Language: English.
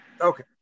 Okay